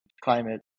climate